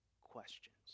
questions